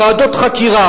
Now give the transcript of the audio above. ועדות החקירה,